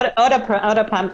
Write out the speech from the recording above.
עוד פעם,